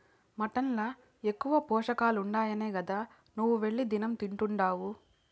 mutton ల ఎక్కువ పోషకాలుండాయనే గదా నీవు వెళ్లి దినం తింటున్డావు